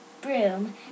broom